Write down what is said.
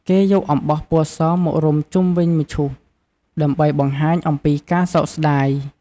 គេយកអំបោះពណ៌សមករុំជុំវិញមឈូស ដើម្បីបង្ហាញអំពីការសោកស្តាយ។